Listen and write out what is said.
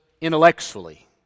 intellectually